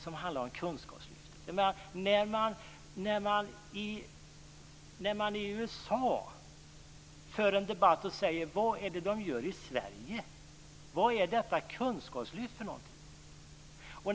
Det handlar om kunskapslyftet. I USA för man en debatt och säger: Vad är det man gör i Sverige? Vad är detta kunskapslyft för något?